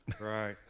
Right